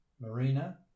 Marina